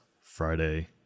Friday